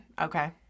Okay